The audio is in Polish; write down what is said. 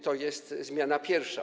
To jest zmiana pierwsza.